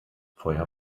feuer